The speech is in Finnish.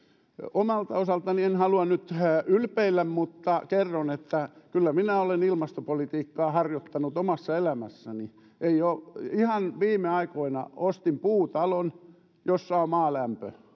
omalta osaltani en halua nyt ylpeillä mutta kerron että kyllä minä olen ilmastopolitiikkaa harjoittanut omassa elämässäni ihan viime aikoina ostin puutalon jossa on maalämpö